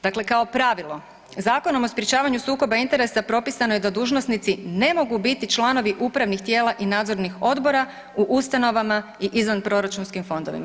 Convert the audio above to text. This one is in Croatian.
Dakle, kao pravilo Zakonom o sprječavanju sukoba interesa propisano je da dužnosnici ne mogu biti članovi upravnih tijela i nadzornih odbora u ustanovama i izvan proračunskim fondovima.